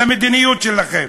למדיניות שלכם?